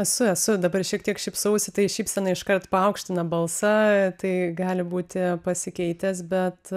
esu esu dabar šiek tiek šypsausi tai šypsena iškart paaukština balsą tai gali būti pasikeitęs bet